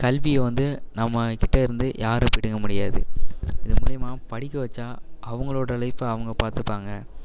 கல்வியை வந்து நம்ம கிட்டேருந்து யாரும் பிடுங்க முடியாது இது மூலிமா படிக்க வைச்சா அவர்களோட லைஃபை அவங்க பார்த்துப்பாங்க